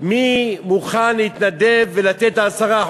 מי מוכן להתנדב ולתת את ה-10%,